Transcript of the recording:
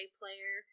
player